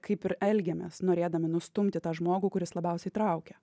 kaip ir elgiamės norėdami nustumti tą žmogų kuris labiausiai traukia